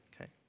Okay